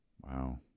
Wow